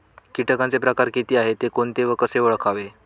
किटकांचे प्रकार किती आहेत, ते कोणते व कसे ओळखावे?